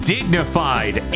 Dignified